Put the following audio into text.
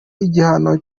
igihano